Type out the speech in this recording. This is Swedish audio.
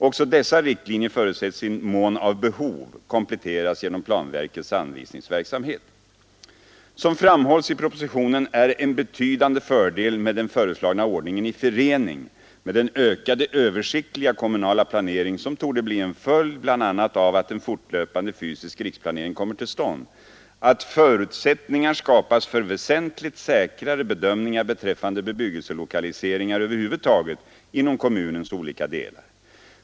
Också dessa riktlinjer förutsätts i mån av behov kompletteras genom planverkets anvisningsverksamhet. Som framhålls i propositionen är en betydande fördel med den föreslagna ordningen i förening med den ökade översiktliga kommunala planering, som torde bli en följd bl.a. av att en fortlöpande fysisk riksplanering kommer till stånd, att förutsättningar skapas för väsentligt säkrare bedömningar beträffande bebyggelselokaliseringar över huvud taget inom kommunens olika delar.